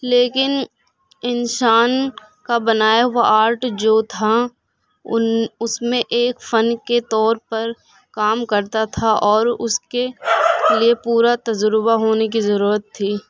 لیکن انسان کا بنایا ہوا آرٹ جو تھا ان اس میں ایک فن کے طور پر کام کرتا تھا اور اس کے لیے پورا تجربہ ہونے کی ضرورت تھی